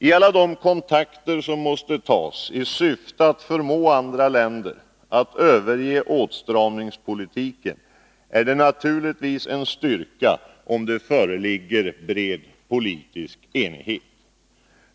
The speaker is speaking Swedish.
I alla de kontakter som måste tas i syfte att förmå andra länder att överge åtstramningspolitiken är det naturligtvis en styrka om det föreligger bred politisk enighet.